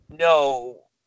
No